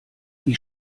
die